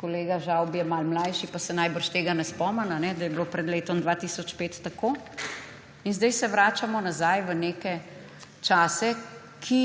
kolega Žavbi je malo mlajši, pa se najbrž tega ne spomni, da je bilo pred letom 2005 tako. In sedaj se vračamo nazaj v neke čase, ki